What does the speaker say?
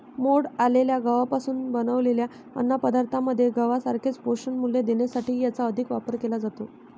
मोड आलेल्या गव्हापासून बनवलेल्या अन्नपदार्थांमध्ये गव्हासारखेच पोषणमूल्य देण्यासाठीही याचा अधिक वापर केला जातो